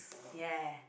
ya